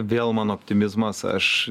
vėl mano optimizmas aš